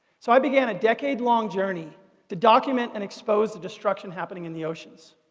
so i began a decade-long journey to document and expose the destruction happening in the oceans.